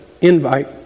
invite